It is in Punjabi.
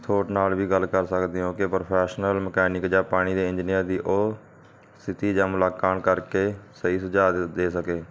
ਥੋਟ ਨਾਲ ਵੀ ਗੱਲ ਕਰ ਸਕਦੇ ਹੋ ਕਿ ਪ੍ਰੋਫੈਸ਼ਨਲ ਮਕੈਨਿਕ ਜਾਂ ਪਾਣੀ ਦੇ ਇੰਜੀਨੀਅਰ ਦੀ ਉਹ ਸਿਥੀ ਜਾਂ ਮੁਲਾਕਾਣ ਕਰਕੇ ਸਹੀ ਸੁਝਾਅ ਦੇ ਸਕੇ